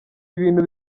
ibintu